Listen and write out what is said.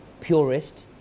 purist